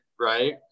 right